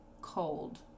cold